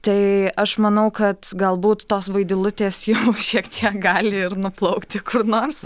tai aš manau kad galbūt tos vaidilutės jau šiek tiek gali ir nuplaukti kur nors